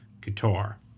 guitar